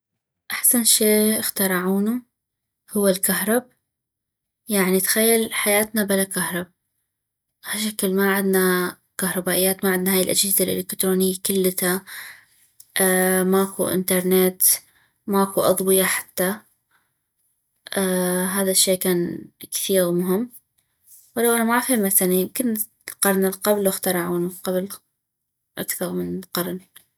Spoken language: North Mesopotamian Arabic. احسن شي اخترعونو هو الكهرب يعني تخيل حياتنا بلا كهرب هشكل ما عدنا كهربائيات ما عدنا هاي الاجهزة الإلكتروني كلتا ماكو انترنت ماكو اظوية حتى هذا الشي كان كثيغ مهم ولو انا معغف ايما سني يمكن القرن القبلو اخترعونو قبل اكثغ من قرن